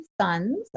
sons